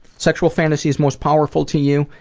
sexual fantasies most powerful to you?